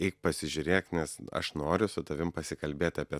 eik pasižiūrėk nes aš noriu su tavim pasikalbėti apie